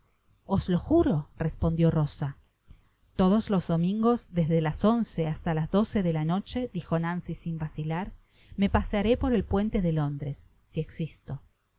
os lo juro respondió rosa todos los domingos desde las once hasta las doce de la noche dijo nancy sin vacilar me pasearé por el puente de londres si existo